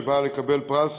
שבאה לקבל פרס